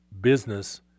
business